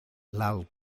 lal